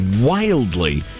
wildly